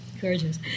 Gorgeous